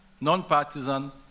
nonpartisan